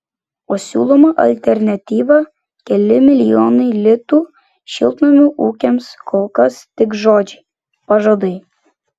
o siūloma alternatyva keli milijonai litų šiltnamių ūkiams kol kas tik žodžiai pažadai